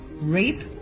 rape